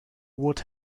would